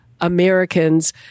Americans